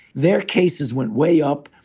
their cases went way up.